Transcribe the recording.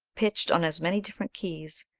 pitched on as many different keys,